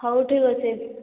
ହଉ ଠିକ୍ ଅଛି